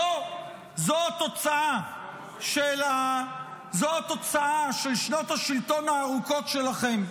זו התוצאה של שנות השלטון הארוכות שלכם.